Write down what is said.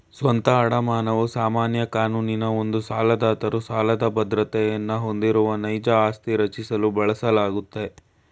ಸ್ವಂತ ಅಡಮಾನವು ಸಾಮಾನ್ಯ ಕಾನೂನಿನ ಒಂದು ಸಾಲದಾತರು ಸಾಲದ ಬದ್ರತೆಯನ್ನ ಹೊಂದಿರುವ ನೈಜ ಆಸ್ತಿ ರಚಿಸಲು ಬಳಸಲಾಗುತ್ತೆ